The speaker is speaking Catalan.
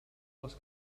les